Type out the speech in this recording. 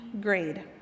grade